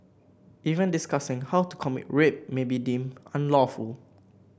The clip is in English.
even discussing how to commit rape may be deemed unlawful